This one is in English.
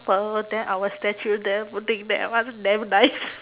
~ple then our statue there putting that one never dies